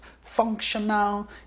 functional